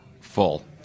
full